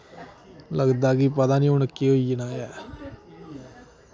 लगदा कि पता निं हून केह् होई जाना ऐ